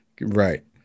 Right